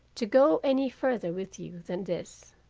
to go any further with you than this.